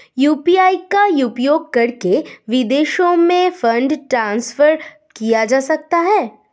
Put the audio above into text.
UPI का उपयोग करके विदेशों में फंड ट्रांसफर किया जा सकता है?